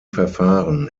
verfahren